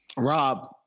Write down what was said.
Rob